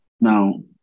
Now